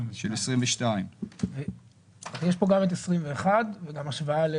של 2022. יש פה גם את 2021 וגם השוואה?